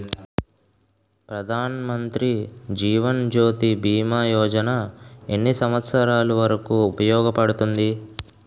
ప్రధాన్ మంత్రి జీవన్ జ్యోతి భీమా యోజన ఎన్ని సంవత్సారాలు వరకు ఉపయోగపడుతుంది?